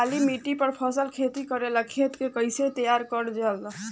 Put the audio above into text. काली मिट्टी पर फसल खेती करेला खेत के कइसे तैयार करल जाला?